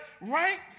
right